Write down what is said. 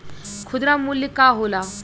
खुदरा मूल्य का होला?